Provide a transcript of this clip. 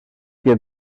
que